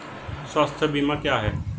स्वास्थ्य बीमा क्या है?